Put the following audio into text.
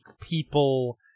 people